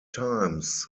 times